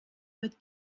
mit